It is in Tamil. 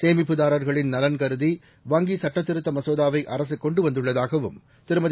சேமிப்புதாரர்களின் நலன் கருதி வங்கி சட்டத்திருத்த மசோதாவை அரசு கொண்டு வந்துள்ளதாகவும் திருமதி